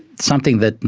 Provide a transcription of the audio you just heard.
something that,